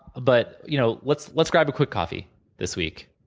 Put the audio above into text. but you know, let's let's grab a quick coffee this week.